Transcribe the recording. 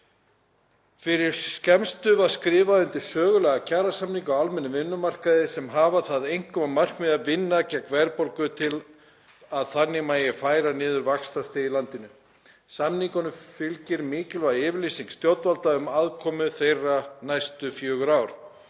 Fyrir skemmstu var skrifað undir sögulega kjarasamninga á almennum vinnumarkaði sem hafa það einkum að markmiði að vinna gegn verðbólgu til að þannig megi færa niður vaxtastig í landinu. Samningunum fylgir mikilvæg yfirlýsing stjórnvalda um aðkomu þeirra næstu fjögur ár.